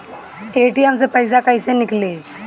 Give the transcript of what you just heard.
ATM से पइसा कइसे निकली?